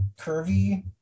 curvy